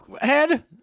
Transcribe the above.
head